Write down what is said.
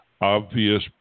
obvious